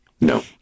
No